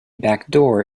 backdoor